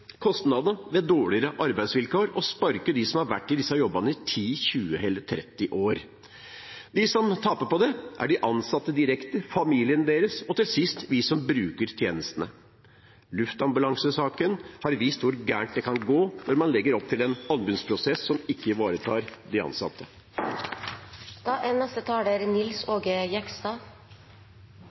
kostnadene ved hjelp av dårligere arbeidsvilkår og sparke dem som har vært i disse jobbene i 10, 20 eller 30 år. De som taper på det, er de ansatte direkte, familien deres og til sist vi som bruker tjenestene. Luftambulansesaken har vist hvor galt det kan gå når man legger opp til en anbudsprosess som ikke ivaretar de ansatte.